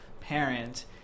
parent